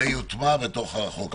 זה יוטמע בחוק.